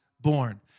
born